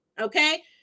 Okay